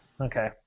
Okay